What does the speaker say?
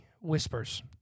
whispers